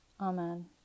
Amen